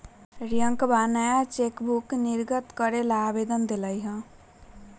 रियंकवा नया चेकबुक निर्गत करे ला आवेदन देलय